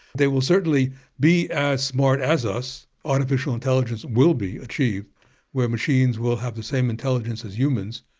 they will certainly be as smart as us. artificial intelligence will be achieved where machines will have the same intelligence as humans,